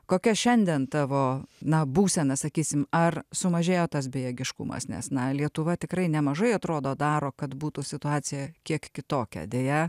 kokia šiandien tavo na būsena sakysim ar sumažėjo tas bejėgiškumas nes na lietuva tikrai nemažai atrodo daro kad būtų situacija kiek kitokia deja